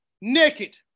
Naked